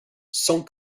sent